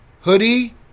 hoodie